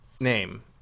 name